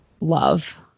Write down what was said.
love